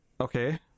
okay